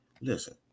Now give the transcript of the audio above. Listen